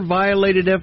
violated